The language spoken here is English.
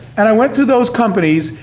and i went through those companies,